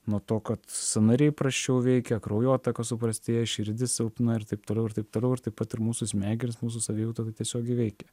nuo to kad sąnariai prasčiau veikia kraujotaka suprastėja širdis silpna ir taip toliau ir taip toliau ir taip pat ir mūsų smegenys mūsų savijauta tai tiesiogiai veikia